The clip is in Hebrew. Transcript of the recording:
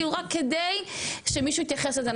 רק כדי שמישהו יתייחס לזה.